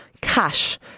cash